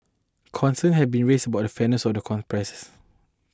concerns have been raised about the fairness of the con process